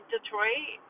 Detroit